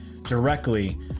Directly